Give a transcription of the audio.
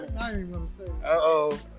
Uh-oh